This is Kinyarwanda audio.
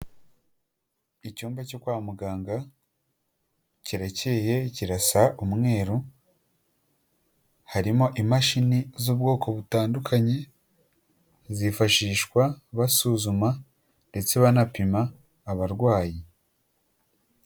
Icyumba cyo kwa muganga kiracyeye kirasa umweru, harimo imashini z'ubwoko butandukanye zifashishwa basuzuma ndetse banapima abarwayi.